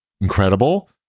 incredible